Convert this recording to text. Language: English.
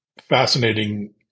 fascinating